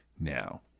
now